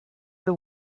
the